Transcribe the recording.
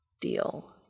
Deal